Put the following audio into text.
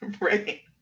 Right